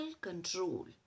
control